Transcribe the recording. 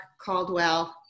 Caldwell